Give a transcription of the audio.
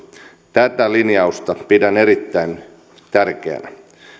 tätä linjausta pidän erittäin tärkeänä